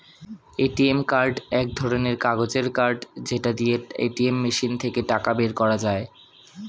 ATM card এক ধরণের কাগজের কার্ড যেটা দিয়ে এটিএম মেশিন থেকে টাকা বের করা যায়